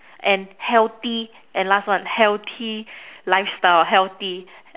and healthy and last one healthy lifestyle or healthy